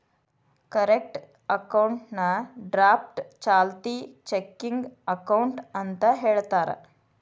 current ಅಕೌಂಟ್ನಾ draft ಚಾಲ್ತಿ checking account ಅಂತ ಹೇಳ್ತಾರ